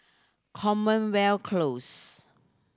Commonwealth Close